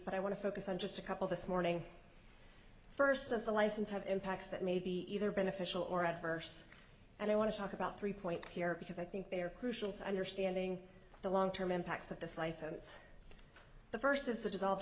but i want to focus on just a couple this morning first as a license have impacts that may be either beneficial or adverse and i want to talk about three points here because i think they are crucial to understanding the long term impacts of this license the first is the d